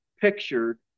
Picture